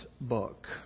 book